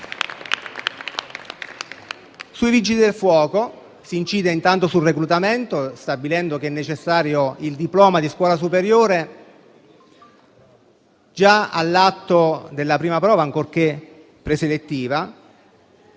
Sui Vigili del fuoco si incide intanto sul reclutamento, stabilendo che è necessario il diploma di scuola superiore già all'atto della prima prova, ancorché preselettiva.